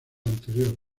anterior